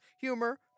humor